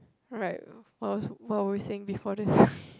right what what were we saying before this